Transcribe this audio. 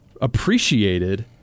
appreciated